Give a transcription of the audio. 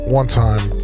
one-time